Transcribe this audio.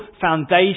foundation